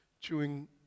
chewing